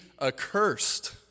accursed